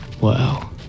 Wow